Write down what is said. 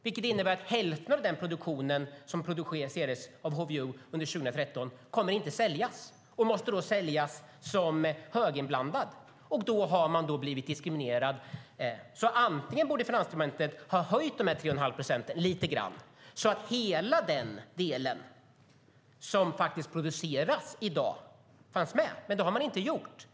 Det innebär att hälften av den HVO som producerades under 2013 inte kommer att säljas och då måste säljas som höginblandad, och då har man blivit diskriminerad. Finansdepartementet borde ha höjt de 3,5 procenten lite grann, så att hela den del som faktiskt produceras i dag finns med. Men det har man inte gjort.